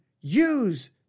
use